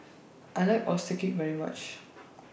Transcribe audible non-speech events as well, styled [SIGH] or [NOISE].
I like Oyster Cake very much [NOISE]